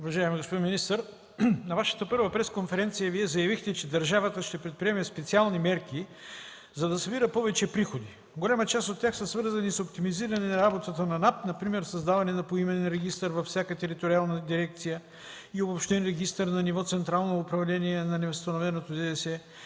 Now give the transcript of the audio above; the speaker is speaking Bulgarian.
Уважаеми господин министър, на Вашата първа пресконференция Вие заявихте, че държавата ще предприеме специални мерки, за да събира повече приходи. Голяма част от тях са свързани с оптимизиране работата на НАП, например – създаване на поименен регистър във всяка териториална дирекция и обобщен регистър на ниво Централно управление за невъзстановеното ДДС,